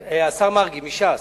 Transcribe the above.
השר מרגי, מש"ס.